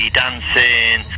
dancing